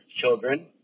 Children